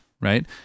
right